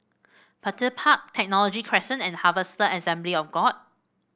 Petir Park Technology Crescent and Harvester Assembly of God